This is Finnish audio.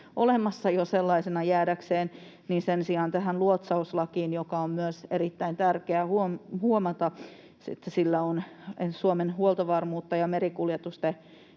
olemassa sellaisena jäädäkseen, niin sen sijaan tähän luotsauslakiin — on myös erittäin tärkeä huomata, että sillä on Suomen huoltovarmuuden ja merikuljetusten